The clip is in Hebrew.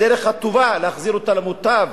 הדרך הטובה להחזיר אותה למוטב,